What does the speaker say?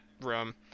room